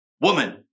Woman